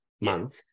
month